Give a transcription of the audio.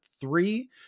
three